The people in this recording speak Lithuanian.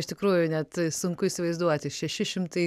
iš tikrųjų net sunku įsivaizduoti šeši šimtai